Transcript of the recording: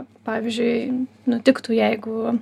pavyzdžiui nutiktų jeigu